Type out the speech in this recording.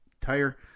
tire